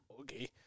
Okay